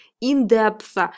in-depth